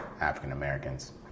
African-Americans